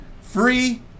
Free